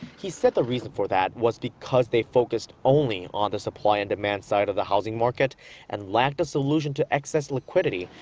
he said the reason for that was because they focused only on the supply-and-demand side of the housing market and lacked a solution to excess liquidity,